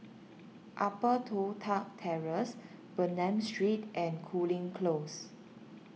Upper Toh Tuck Terrace Bernam Street and Cooling Close